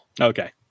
Okay